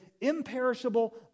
imperishable